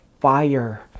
fire